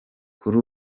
kuri